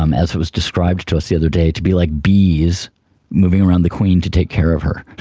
um as it was described to us the other day, to be like bees moving around the queen to take care of her.